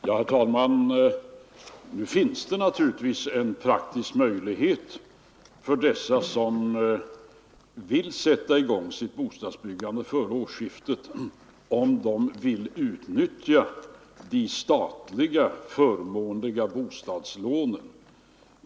Herr talman! Det finns naturligtvis en praktisk möjlighet för dem som vill sätta i gång sitt bostadsbyggande före årsskiftet, om de vill utnyttja de statliga förmånliga bostadslånen.